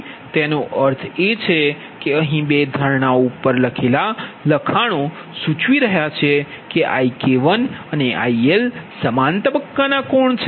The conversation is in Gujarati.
તેથી તેનો અર્થ એ છે કે અહીં બે ધારણાઓ ઉપર લખેલા લખાણો સૂચવે છે કે IK1 અને IL સમાન તબક્કા ના કોણ છે